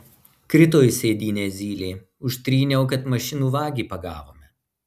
krito į sėdynę zylė užtryniau kad mašinų vagį pagavome